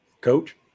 Coach